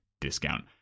Discount